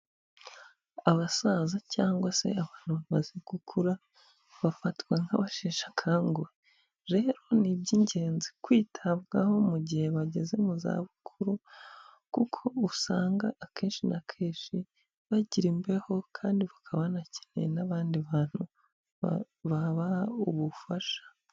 Abasaza cyangwa se abantu bamaze gukura bafatwa nk'abasheshakanguhe, rero ni iby'ingenzi kwitabwaho mu gihe bageze mu za bukuru kuko usanga akenshi na kenshi bagira imbeho kandi bakaba banakeneye n'abandi bantu babaha ubufasha.